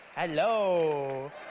Hello